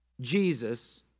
Jesus